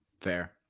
Fair